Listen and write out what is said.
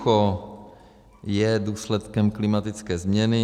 Sucho je důsledkem klimatické změny.